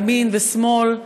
ימין ושמאל,